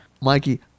Mikey